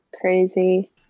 crazy